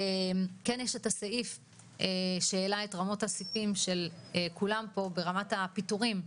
כן יש את הסעיף שהרעיד את אמות הסיפים של כולם פה ברמת הפיטורים,